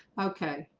okay,